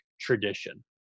tradition